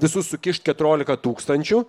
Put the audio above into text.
visus sukišt keturiolika tūkstančių